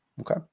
Okay